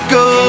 go